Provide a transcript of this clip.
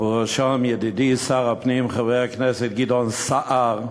ובראשם ידידי שר הפנים חבר הכנסת גדעון סער,